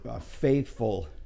faithful